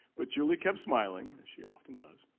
but julie kept smiling as she often does,